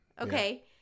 Okay